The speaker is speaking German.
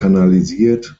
kanalisiert